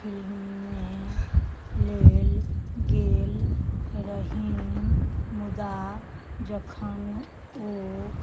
film लेल गेल रहनि मुदा जखन ओ